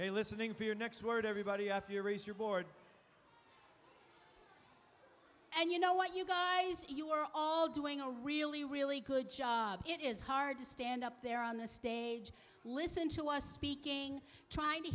they listening for your next word everybody of your race your board and you know what you guys you are all doing a really really good job it is hard to stand up there on the stage listen to us speaking trying to